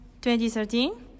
2013